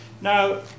now